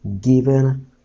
given